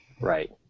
Right